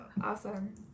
awesome